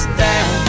down